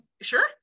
Sure